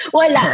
wala